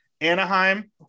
Anaheim